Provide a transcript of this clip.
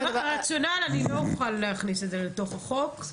הרציונל אני לא אוכל להכניס את זה לתוך החוק.